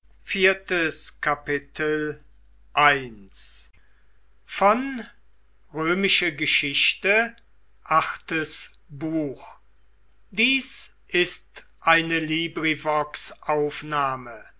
sind ist eine